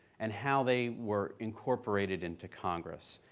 and how they were incorporated into congress.